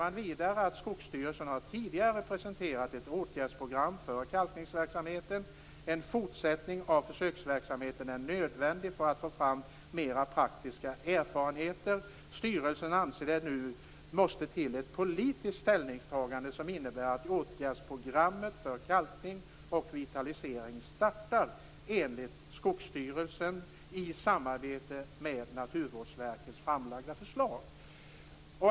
Skogsstyrelsen säger vidare: "SKS har tidigare presenterat ett åtgärdsprogram för kalkningsverksamheten. En fortsättning av försöksverksamheten är inte nödvändig för att få fram mera praktiska erfarenheter. SKS anser att det nu måste till ett politiskt ställningstagande som inenbär att åtgärdsprogrammet för kalkning och vitalisering startar enligt det av SKS i samarbete med Naturvårdsverket framtagna förslaget."